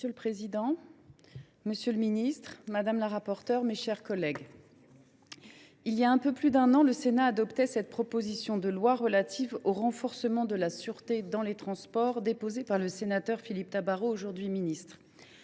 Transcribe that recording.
Monsieur le président, monsieur le ministre, mes chers collègues, il y a un peu plus d’un an, le Sénat adoptait la proposition de loi relative au renforcement de la sûreté dans les transports, déposée par le sénateur Philippe Tabarot, aujourd’hui ministre.